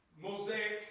mosaic